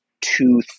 two